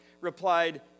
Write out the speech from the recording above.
replied